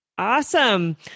Awesome